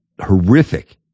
horrific